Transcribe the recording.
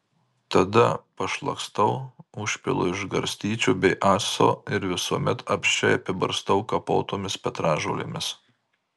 tada pašlakstau užpilu iš garstyčių bei acto ir visuomet apsčiai apibarstau kapotomis petražolėmis